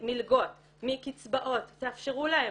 ממלגות, מקצבאות, תאפשרו להן".